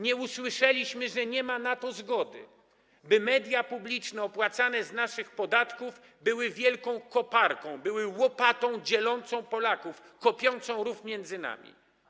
Nie usłyszeliśmy, że ma zgody na to, by media publiczne opłacane z naszych podatków były wielką koparką, były łopatą dzielącą Polaków, kopiącą rów między nami.